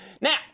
Now